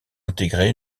intégrer